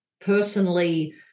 personally